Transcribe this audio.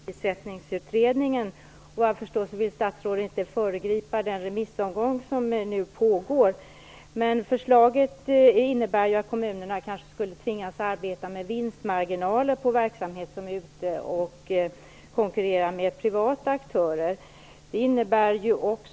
Herr talman! Jag har också en fråga med anledning av Underprissättningsutredningen. Enligt vad jag förstår, vill ministern inte föregripa den remissomgång som nu pågår. Men förslaget innebär ju att kommunerna kanske skulle tvingas arbeta med vinstmarginaler på verksamhet som är ute och konkurrerar med privata aktörer.